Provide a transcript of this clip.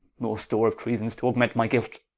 nor store of treasons, to augment my guilt